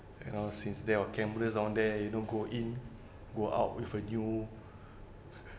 you know since there are cameras on there you know go in go out with a new